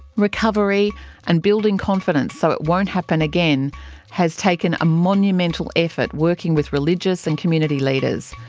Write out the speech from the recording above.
recovery and building confidence so it won't happen again has taken a monumental effort working with religious and community leaders,